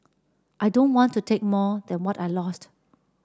I don't want to take more than what I lost